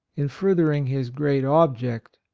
in furthering his great object,